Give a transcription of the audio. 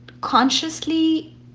consciously